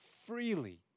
Freely